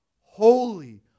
holy